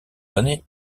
années